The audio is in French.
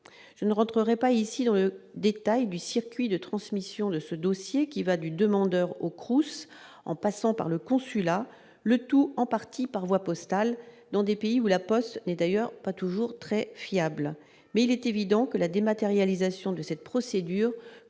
je ne rentrerai pas ici dans le détail du circuit de transmission de ce dossier qui va du demandeur ocre ou s'en passant par le consulat, le tout en partie par voie postale dans des pays où la Poste n'est d'ailleurs pas toujours très fiables, mais il est évident que la dématérialisation de cette procédure,